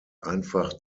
einfach